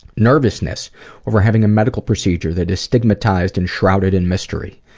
nervousness over having a medical procedure that is stigmatized and shrouded in mystery.